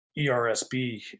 ERSB